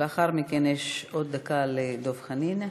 לאחר מכן יש עוד דקה לדב חנין.